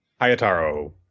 Hayataro